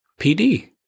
PD